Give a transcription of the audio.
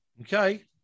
Okay